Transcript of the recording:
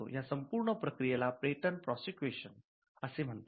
या संपूर्ण प्रक्रियेला पेटंट प्रोसेक्युशन असे म्हणतात